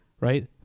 right